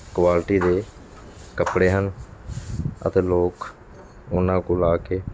quality ਦੇ ਕੱਪੜੇ ਹਨ ਅਤੇ ਲੋਕ ਉਹਨਾਂ ਕੋਲ ਆ ਕੇ